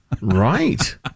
Right